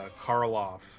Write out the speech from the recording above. Karloff